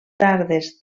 tardes